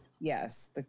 Yes